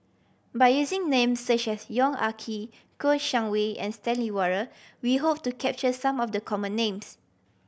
by using names such as Yong Ah Kee Kouo Shang Wei and Stanley Warren we hope to capture some of the common names